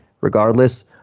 regardless